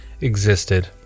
existed